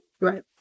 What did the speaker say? right